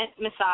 massage